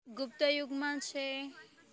ગુપ્તયુગમાં છે